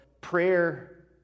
prayer